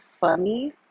funny